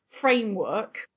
framework